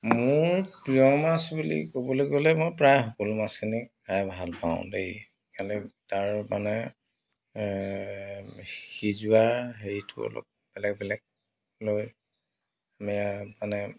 মোৰ প্ৰিয় মাছ বুলি ক'বলৈ গ'লে মই প্ৰায় সকলো মাছখিনিয়েই খাই ভাল পাওঁ দেই খালী তাৰ মানে সিজোৱা হেৰিটো অলপ বেলেগ বেলেগ লৈ মানে